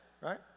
Right